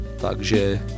Takže